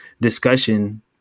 discussion